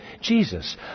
Jesus